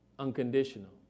unconditional